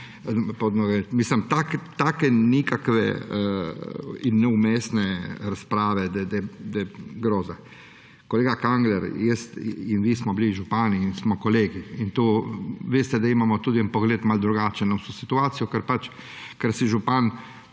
Mislim, take nikakve in neumestne razprave, da je groza. Kolega Kangler, jaz in vi sva bila župana in sva kolega, in to veste, da imava tudi malo drugačen pogled na vso situacijo, ker pač, ker si župan,